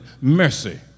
mercy